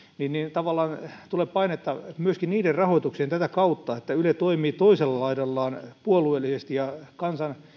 tavallaan tulee painetta myöskin niiden rahoitukseen tätä kautta että yle toimii toisella laidallaan puolueellisesti ja kansan